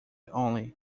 only